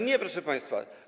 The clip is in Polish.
Nie, proszę państwa.